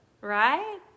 right